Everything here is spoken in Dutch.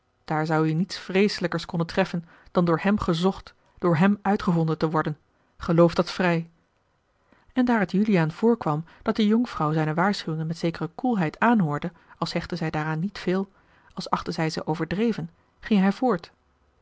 daar zou u niets vreeselijkers kennen treffen dan door hem gezocht door hem uitgevonden te worden geloof dat vrij en daar het juliaan voorkwam dat de jonkvrouw zijne waarschuwingen met zekere koelheid aanhoorde als hechtte zij daaraan niet veel als achtte zij ze overdreven ging hij voort